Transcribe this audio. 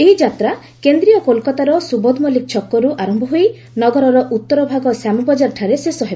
ଏହି ଯାତ୍ରା କେନ୍ଦ୍ରୀୟ କୋଲକାତାର ସୁବୋଧ ମଲ୍ଲିକ ଛକରୁ ଆରମ୍ଭ ହୋଇ ନଗରର ଉତ୍ତରଭାଗ ଶ୍ୟାମ ବଜାରଠାରେ ଶେଷ ହେବ